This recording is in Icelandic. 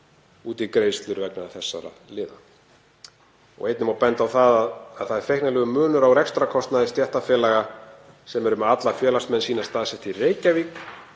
í greiðslur vegna þessara liða. Einnig má benda á að það er feiknarlegur munur á rekstrarkostnaði stéttarfélaga sem eru með alla félagsmenn sína staðsetta í Reykjavík,